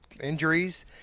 injuries